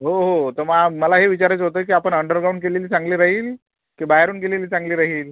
हो हो तर मला हे विचारायचं होतं की आपण अंडरग्राउंड केलेली चांगली राहील की बाहेरून केलेली चांगली राहील